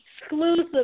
Exclusive